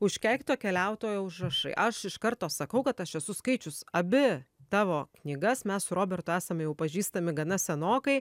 užkeikto keliautojo užrašai aš iš karto sakau kad aš esu skaičius abi tavo knygas mes su robertu esam jau pažįstami gana senokai